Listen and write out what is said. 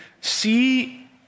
see